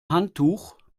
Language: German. handtuch